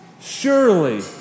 Surely